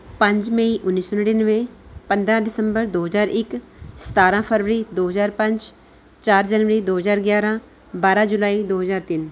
ਪੰਜ ਮਈ ਉੱਨੀ ਸੌ ਨੜਿਨਵੇਂ ਪੰਦਰਾਂ ਦਸੰਬਰ ਦੋ ਹਜ਼ਾਰ ਇੱਕ ਸਤਾਰ੍ਹਾਂ ਫਰਵਰੀ ਦੋ ਹਜ਼ਾਰ ਪੰਜ ਚਾਰ ਜਨਵਰੀ ਦੋ ਹਜ਼ਾਰ ਗਿਆਰ੍ਹਾਂ ਬਾਰ੍ਹਾਂ ਜੁਲਾਈ ਦੋ ਹਜ਼ਾਰ ਤਿੰਨ